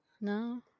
No